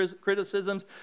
criticisms